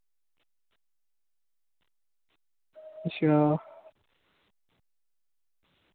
अच्छा